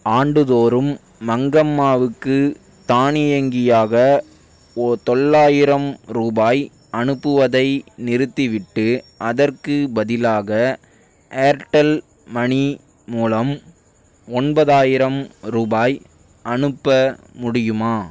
ஆண்டுதோறும் மங்கம்மாவுக்கு தானியங்கியாக தொள்ளாயிரம் ரூபாய் அனுப்புவதை நிறுத்திவிட்டு அதற்குப் பதிலாக ஏர்டெல் மனி மூலம் ஒன்பதாயிரம் ரூபாய் அனுப்ப முடியுமா